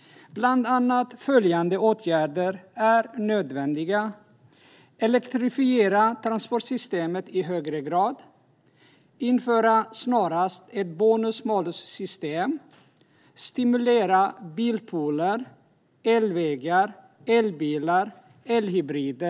Bland annat är det nödvändigt att elektrifiera transportsystemet i högre grad, att snarast införa ett bonus-malus-system och att stimulera bilpooler, elvägar, elbilar och elhybrider.